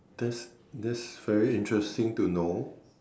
that's that's very interesting to know